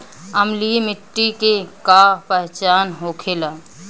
अम्लीय मिट्टी के का पहचान होखेला?